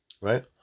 right